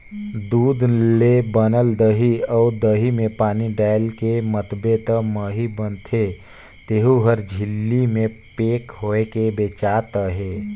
दूद ले बनल दही अउ दही में पानी डायलके मथबे त मही बनथे तेहु हर झिल्ली में पेक होयके बेचात अहे